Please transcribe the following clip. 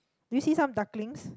do you see some ducklings